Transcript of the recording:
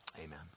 Amen